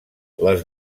les